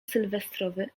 sylwestrowy